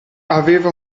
aveva